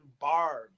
barb